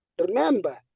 Remember